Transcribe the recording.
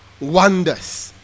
wonders